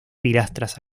pilastras